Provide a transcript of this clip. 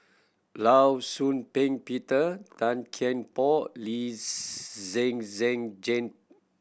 Law Shau Ping Peter Tan Kian Por Lee Zhen Zhen Jane